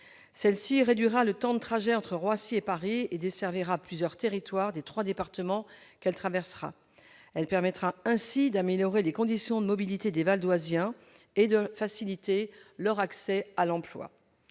Cette ligne réduira le temps de trajet entre Roissy et Paris et desservira plusieurs territoires des trois départements qu'elle traversera. Elle permettra ainsi d'améliorer les conditions de mobilité des Valdoisiens et de faciliter leur accès à l'emploi.